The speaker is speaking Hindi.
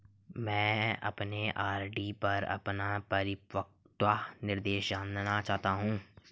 मैं अपने आर.डी पर अपना परिपक्वता निर्देश जानना चाहता हूं